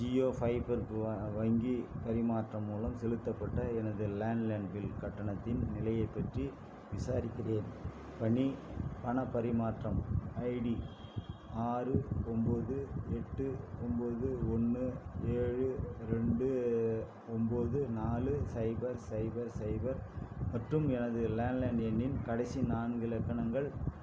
ஜியோ ஃபைபருக்கு வ வங்கி பரிமாற்றம் மூலம் செலுத்தப்பட்ட எனது லேண்ட்லைன் பில் கட்டணத்தின் நிலையைப் பற்றி விசாரிக்கிறேன் பணி பணப் பரிமாற்றம் ஐடி ஆறு ஒம்பது எட்டு ஒம்பது ஒன்று ஏழு ரெண்டு ஒம்பது நாலு சைபர் சைபர் சைபர் மற்றும் எனது லேண்ட்லைன் எண்ணின் கடைசி நான்கு இலக்கணங்கள்